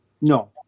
No